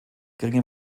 geringe